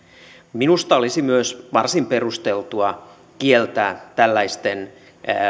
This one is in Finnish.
minusta olisi myös varsin perusteltua kieltää tällaisten